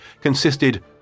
consisted